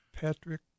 Patrick